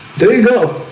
there we go.